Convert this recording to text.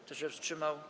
Kto się wstrzymał?